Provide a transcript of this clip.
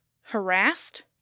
harassed